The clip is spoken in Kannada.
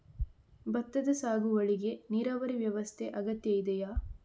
ಭತ್ತದ ಸಾಗುವಳಿಗೆ ನೀರಾವರಿ ವ್ಯವಸ್ಥೆ ಅಗತ್ಯ ಇದೆಯಾ?